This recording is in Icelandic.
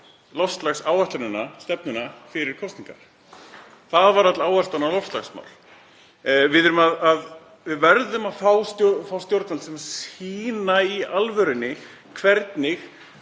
loftslagsstefnuna fyrir kosningar. Það var öll áherslan á loftslagsmál. Við verðum að fá stjórnvöld sem sýna í alvörunni hvernig